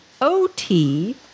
OT